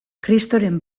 kristoren